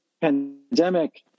pandemic